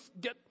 get